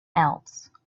else